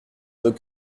veux